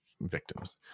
victims